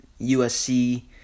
USC